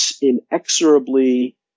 inexorably